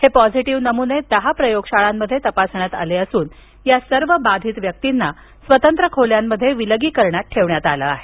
हे पॉझीटीव्ह नमुने दहा प्रयोगशाळांमध्ये तपासण्यात आले असून या सर्व बाधित व्यक्तीना स्वतंत्र खोल्यांमध्ये विलगीकरणात ठेवण्यात आलं आहे